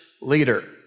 leader